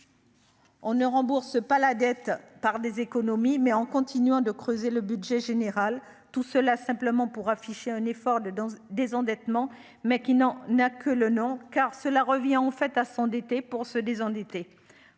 On ne rembourse pas la dette par des économies, mais en continuant de creuser le budget général tout cela simplement pour afficher un effort de danse désendettement mais qui n'en n'a que le nom, car cela revient en fait à s'endetter pour se désendetter,